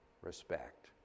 respect